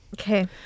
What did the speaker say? Okay